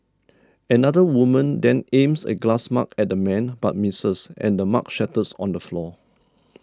another woman then aims a glass mug at the man but misses and the mug shatters on the floor